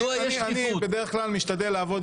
אני אומר לך עוד פעם, מבחינה משפטית, תענה ארבל.